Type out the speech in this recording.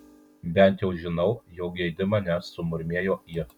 bent jau žinau jog geidi manęs sumurmėjo ji